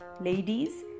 ladies